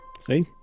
see